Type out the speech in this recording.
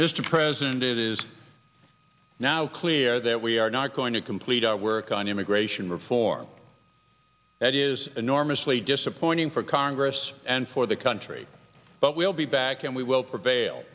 mr president it is now clear that we are not going to complete our work on immigration reform that is enormously disappointing for congress and for the country but we'll be back and we will prevail